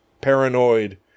Paranoid